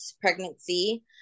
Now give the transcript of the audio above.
pregnancy